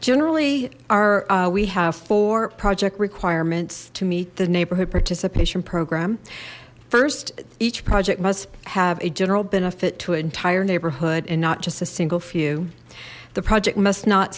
generally are we have four project requirements to meet the neighborhood participation program first each project must have a general benefit to an entire neighborhood and not just a single few the project must not